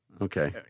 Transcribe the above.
Okay